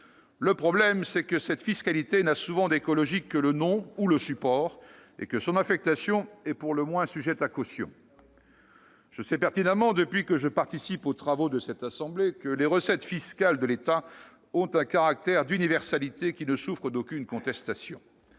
Le problème, c'est que cette fiscalité n'a souvent d'écologique que le nom ou le support et que son affectation est pour le moins sujette à caution. C'est vrai ! Je le sais pertinemment depuis que je participe aux travaux de cette assemblée, les recettes fiscales de l'État ont un caractère d'universalité qui ne souffre aucune contestation.